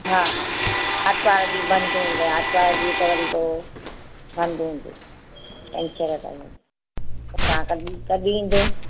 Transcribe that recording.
हा हा आरितवारु ॾींहुं बंदि हूंदो आहे आरितवारु ॾींहुं त वरी पोइ बंदि हूंदो छंछर ताईं तव्हां कॾहिं कॾहिं ईंदे